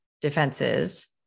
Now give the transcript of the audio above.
defenses